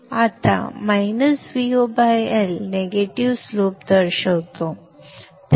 आता Vo L negative slope दर्शवतो